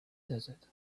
desert